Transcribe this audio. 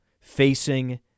facing